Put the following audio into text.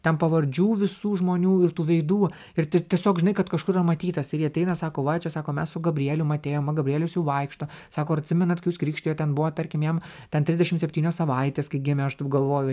ten pavardžių visų žmonių ir tų veidų ir tik tiesiog žinai kad kažkur yra matytas ir jie ateina sako va čia sako mes su gabrielium atėjom va gabrielius jau vaikšto sako ar atsimenat jūs krikštijot ten buvo tarkim jam ten trisdešimt septynios savaites kai gimė aš taip galvoju